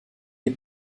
des